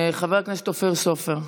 חבר הכנסת אופיר סופר.